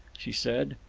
she said,